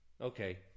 Okay